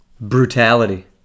brutality